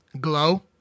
Glow